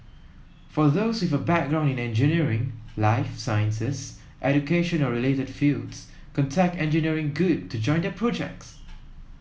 for those with a background in engineering life sciences education or related fields contact Engineering Good to join their projects